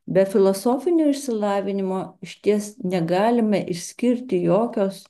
be filosofinio išsilavinimo išties negalime išskirti jokios